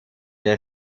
der